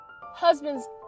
Husbands